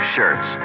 Shirts